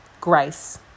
grace